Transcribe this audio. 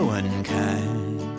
unkind